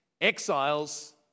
exiles